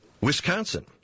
Wisconsin